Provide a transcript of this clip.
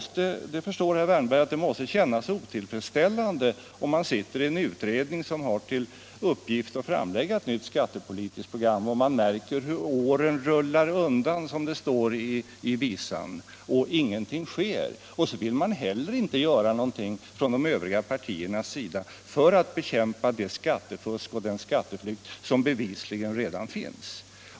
Sitter man i en utredning som har till uppgift att framlägga ett nytt skattepolitiskt program, så förstår herr Wärnberg att det måste kännas otillfredsställande att åren rullar undan, som det står i visan, och ingenting sker. Och så vill inte heller de övriga partierna göra någonting för att bekämpa det skattefusk och den skatteflykt som bevisligen redan finns.